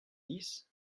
dix